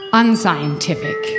unscientific